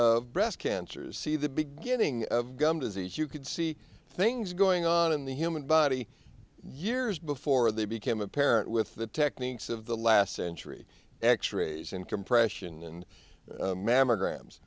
breast cancer see the beginning of gum disease you could see things going on in the human body years before they became apparent with the techniques of the last century x rays and compression and mammograms